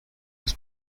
his